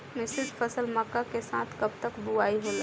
मिश्रित फसल मक्का के साथ कब तक बुआई होला?